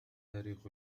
تاريخ